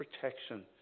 protection